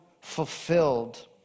fulfilled